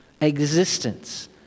existence